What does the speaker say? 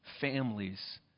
families